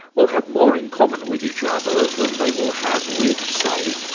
will have more in common with each other than they will have with, say,